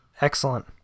Excellent